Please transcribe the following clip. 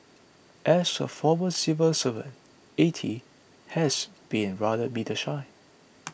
as a former civil servant A T has been rather media shy